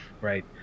Right